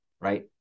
right